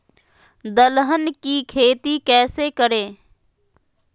दलहन की खेती कैसे करें?